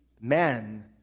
men